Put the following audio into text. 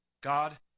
God